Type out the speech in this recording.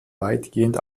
weitgehend